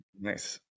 nice